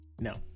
No